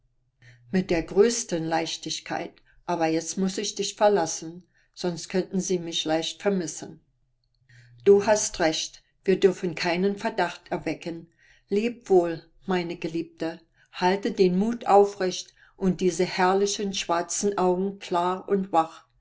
mit der größten leichtigkeit aber jetzt muß ich dich verlassen sonst könnten sie mich leicht vermissen du hast recht wir dürfen keinen verdacht erwecken leb wohl meine geliebte halte den mut aufrecht und diese herrlichen schwarzen augen klar und wach